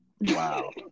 Wow